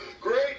Great